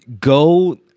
go